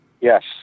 Yes